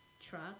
truck